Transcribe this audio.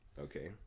Okay